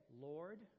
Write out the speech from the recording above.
Lord